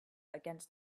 against